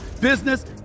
business